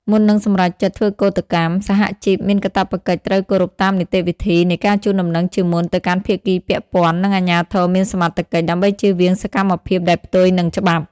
មុននឹងសម្រេចចិត្តធ្វើកូដកម្ម សហជីពមានកាតព្វកិច្ចត្រូវគោរពតាមនីតិវិធីនៃការជូនដំណឹងជាមុនទៅកាន់ភាគីពាក់ព័ន្ធ និងអាជ្ញាធរមានសមត្ថកិច្ច ដើម្បីចៀសវាងសកម្មភាពដែលផ្ទុយនឹងច្បាប់។